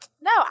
No